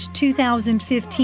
2015